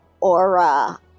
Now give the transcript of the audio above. aura